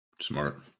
Smart